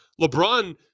LeBron